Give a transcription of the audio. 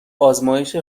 آزمایش